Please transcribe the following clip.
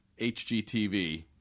HGTV